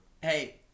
Hey